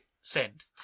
Send